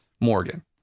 Morgan